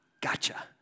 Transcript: Gotcha